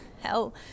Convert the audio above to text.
Hell